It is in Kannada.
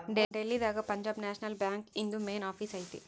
ಡೆಲ್ಲಿ ದಾಗ ಪಂಜಾಬ್ ನ್ಯಾಷನಲ್ ಬ್ಯಾಂಕ್ ಇಂದು ಮೇನ್ ಆಫೀಸ್ ಐತಿ